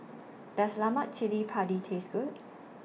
Does Lemak Cili Padi Taste Good